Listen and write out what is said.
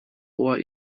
hoher